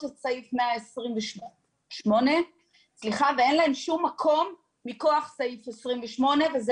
את סעיף 128. ואין להן שום מקום מכוח סעיף 128 וזה